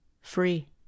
Free